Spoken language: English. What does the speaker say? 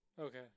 Okay